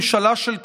ממשלה של קיצונים,